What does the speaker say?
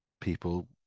people